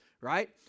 right